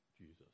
Jesus